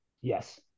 Yes